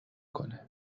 کنه